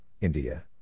India